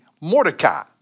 Mordecai